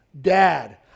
Dad